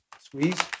squeeze